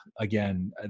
Again